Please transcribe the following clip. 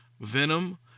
Venom